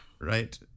Right